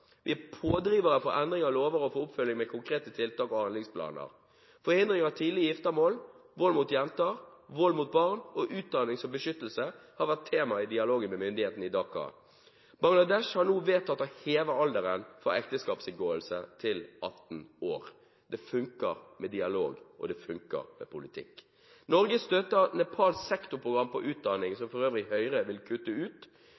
Vi er pådrivere for endring av lover og for oppfølging med konkrete tiltak og handlingsplaner. Forhindring av tidlig giftermål, vold mot jenter, vold mot barn og utdanning som beskyttelse har vært tema i dialogen med myndighetene i Dhaka. Bangladesh har nå vedtatt å heve alderen for ekteskapsinngåelse til 18 år. Det funker med dialog, og det funker med politikk. Norge støtter Nepals sektorprogram for utdanning – som før øvrig Høyre vil kutte ut.